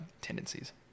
tendencies